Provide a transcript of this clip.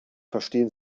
verstehen